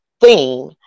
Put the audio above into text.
theme